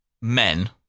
men